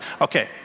Okay